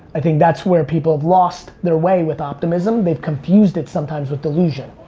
i think that's where people have lost their way with optimism. they've confused it sometimes with delusion.